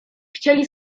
chcieli